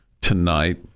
tonight